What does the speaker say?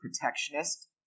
protectionist